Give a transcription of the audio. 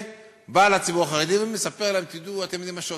ובא לציבור החרדי ומספר להם: אתם יודעים מה עושים,